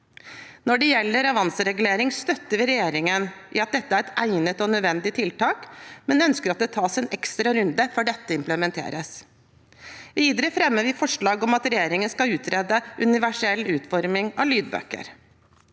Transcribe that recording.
Når det gjelder avanseregulering, støtter vi regjeringen i at dette er et egnet og nødvendig tiltak, men vi ønsker at det tas en ekstra runde før det implementeres. Videre fremmer vi forslag om at regjeringen skal utrede universell utforming av lydbøker,